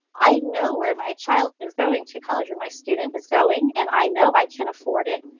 i know where my child is going to college or my student is going, and i know i can afford it.